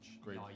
Great